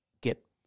get